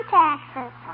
taxes